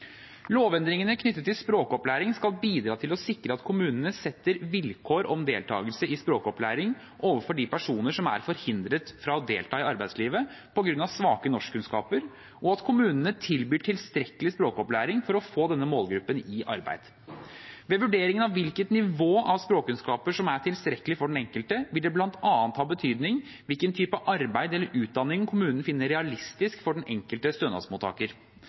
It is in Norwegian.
Lovendringene knyttet til språkopplæring skal bidra til å sikre at kommunene stiller vilkår om deltakelse i språkopplæring overfor de personene som er forhindret fra å delta i arbeidslivet på grunn av svake norskkunnskaper, og at kommunene tilbyr tilstrekkelig språkopplæring for å få denne målgruppen i arbeid. Ved vurderingen av hvilket nivå av språkkunnskaper som er tilstrekkelig for den enkelte, vil det bl.a. ha betydning hvilken type arbeid eller utdanning kommunen finner realistisk for den enkelte stønadsmottaker.